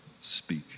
speak